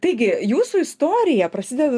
taigi jūsų istorija prasideda